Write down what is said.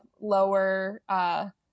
lower